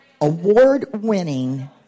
award-winning